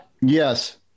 Yes